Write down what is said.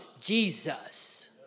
Jesus